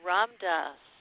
Ramdas